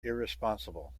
irresponsible